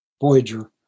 Voyager